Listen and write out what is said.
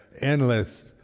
endless